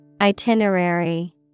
Itinerary